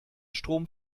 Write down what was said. strom